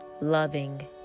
loving